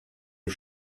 you